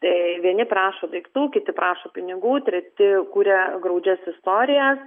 tai vieni prašo daiktų kiti prašo pinigų treti kuria graudžias istorijas